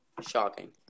Shocking